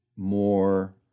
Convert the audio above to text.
more